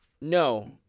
No